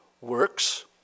works